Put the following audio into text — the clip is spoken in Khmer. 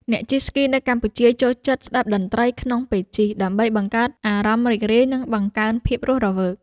អ្នកជិះស្គីនៅកម្ពុជាចូលចិត្តស្ដាប់តន្ត្រីក្នុងពេលជិះ ដើម្បីបង្កើតអារម្មណ៍រីករាយ និងបង្កើនភាពរស់រវើក។